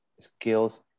skills